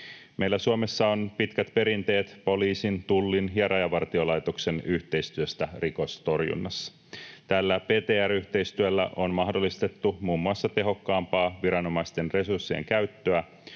Meillä Suomessa on pitkät perinteet poliisin, Tullin ja Rajavartiolaitoksen yhteistyöstä rikostorjunnassa. Tällä PTR-yhteistyöllä on mahdollistettu muun muassa tehokkaampaa viranomaisten resurssien käyttöä,